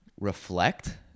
reflect